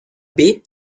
baie